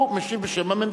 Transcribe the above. הוא משיב בשם הממשלה,